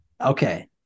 Okay